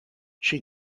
she